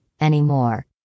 anymore